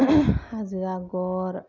हाजो आगर